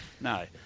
No